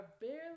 barely